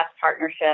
partnership